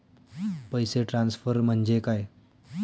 पैसे ट्रान्सफर म्हणजे काय?